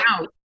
out